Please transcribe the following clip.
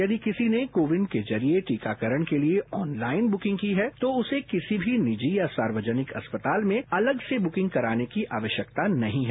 यदि किसी ने को विन के जरिए टीकाकरण के लिए ऑनलाइन चुकिन की है टो उसे किसी मी निजी या सार्वजनिक अस्पताल में अलग से चुकिन कराने की आदस्यकता नही है